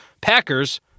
Packers